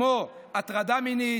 כמו הטרדה מינית,